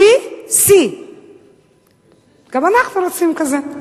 BBC. גם אנחנו רוצים כזה.